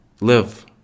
live